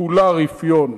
כולה רפיון,